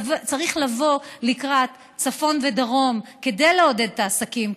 צריך לבוא לקראת הצפון והדרום כדי לעודד את העסקים,